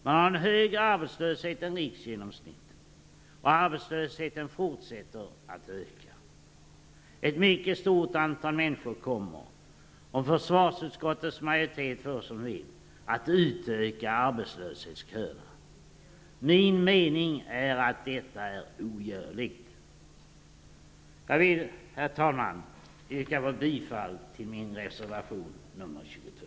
Man har en högre arbetslöshet än riksgenomsnittet och arbetslösheten fortsätter att öka. Ett mycket stort antal människor kommer, om försvarsutskottets majoritet får som den vill, att utöka arbetslöshetsköerna. Min mening är att detta är ogörligt. Jag vill, herr talman, yrka bifall till min reservation nr 22.